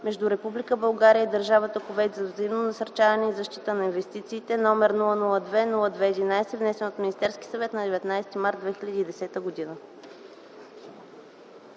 между Република България и Държавата Кувейт за взаимно насърчаване и защита на инвестициите, № 002–02–11, внесен от Министерския съвет на 19 март 2010 г.”